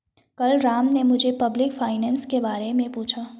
कल राम ने मुझसे पब्लिक फाइनेंस के बारे मे पूछा